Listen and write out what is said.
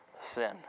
sin